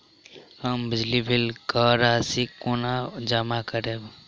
हम बिजली कऽ राशि कोना जमा करबै?